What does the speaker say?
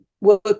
work